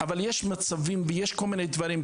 אבל יש מצבים ויש כל מיני דברים.